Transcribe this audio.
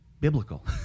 biblical